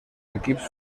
equips